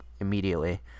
immediately